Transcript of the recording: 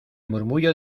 murmullo